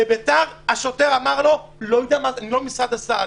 לבית"ר, השוטר אמר לו: אני לא ממשרד הסעד.